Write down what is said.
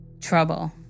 Trouble